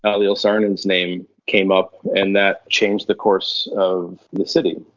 ah eliel saarinen's name came up and that changed the course of the city.